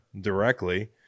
directly